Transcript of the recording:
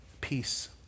Peace